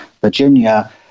Virginia